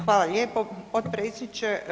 Hvala lijepo potpredsjedniče.